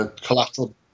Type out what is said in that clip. collateral